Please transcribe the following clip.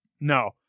No